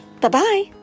Bye-bye